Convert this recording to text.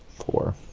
four